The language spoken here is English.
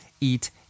eat